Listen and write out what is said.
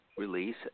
Release